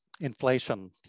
inflation